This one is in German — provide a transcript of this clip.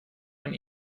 man